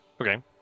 Okay